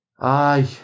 Aye